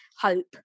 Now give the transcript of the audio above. hope